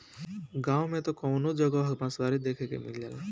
गांव में त कवनो जगह बँसवारी देखे के मिल जाला